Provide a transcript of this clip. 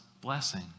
blessing